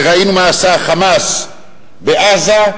וראינו מה עשה ה"חמאס" בעזה,